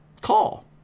Call